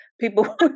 people